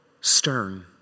stern